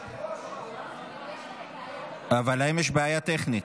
אבל היושב-ראש, אבל האם יש בעיה טכנית?